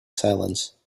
silence